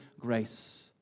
grace